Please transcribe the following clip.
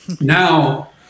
Now